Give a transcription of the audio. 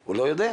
או לא יודע?